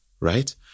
right